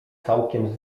całkiem